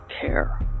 care